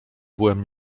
byłem